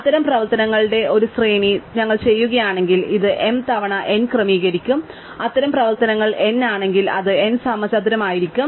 അത്തരം പ്രവർത്തനങ്ങളുടെ ഒരു ശ്രേണി ഞങ്ങൾ ചെയ്യുകയാണെങ്കിൽ ഇത് m തവണ n ക്രമീകരിക്കും അത്തരം പ്രവർത്തനങ്ങൾ n ആണെങ്കിൽ അത് n സമചതുരമായിരിക്കും